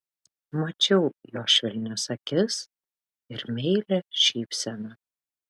mačiau jo švelnias akis ir meilią šypseną